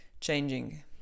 changing